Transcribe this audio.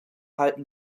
halten